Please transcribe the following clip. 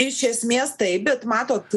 iš esmės taip bet matot